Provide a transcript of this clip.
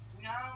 No